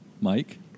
Mike